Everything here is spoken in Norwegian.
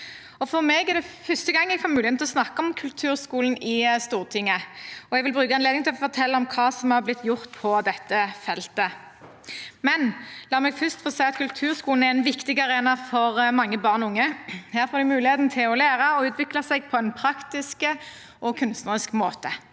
For meg er det første gang jeg får muligheten til å snakke om kulturskolen i Stortinget. Jeg vil bruke anledningen til å fortelle om hva som har blitt gjort på dette feltet, men la meg først få si at kulturskolen er en viktig arena for mange barn og unge. Her får de muligheten til å lære og utvikle seg på en praktisk og kunstnerisk måte.